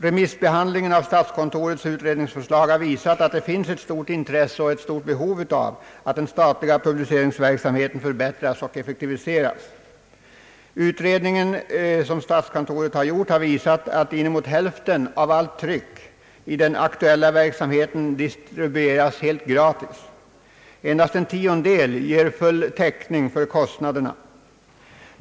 Remissbehandlingen av statskontorets utredningsförslag har visat, att det finns stort intresse och behov av att den statliga publiceringsverksamheten förbättras och effektiviseras. Utredning en har visat att nära hälften av allt tryck i den aktuella verksamheten distribueras helt gratis. Endast en tiondel ger full täckning för kostnaderna.